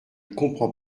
comprends